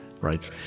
right